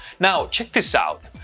now, check this out.